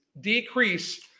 decrease